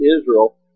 Israel